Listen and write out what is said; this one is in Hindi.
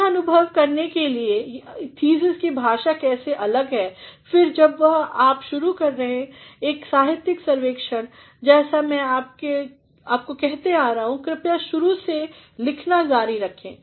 यह अनुभव करने के लिए कि थीसिस की भाषा कैसे अलग है और फिर जब भी आप शुरू करें एक साहित्यिकसर्वेक्षणजैसा मै आपको कहते आ रहा हूँ कृपया शुरू से लिखना जारी रखें